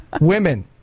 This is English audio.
Women